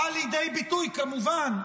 באים לידי ביטוי, כמובן,